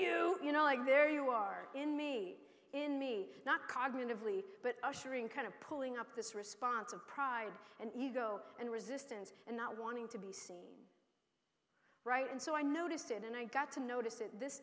e u you know like there you are in me in me not cognitively but ushering kind of pulling up this response of pride and ego and resistance and not wanting to be seen right and so i noticed it and i got to notice it this